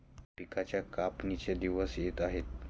पिकांच्या कापणीचे दिवस येत आहेत